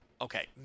okay